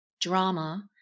Drama